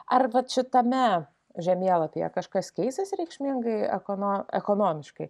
ar vat šitame žemėlapyje kažkas keisis reikšmingai ekono ekonomiškai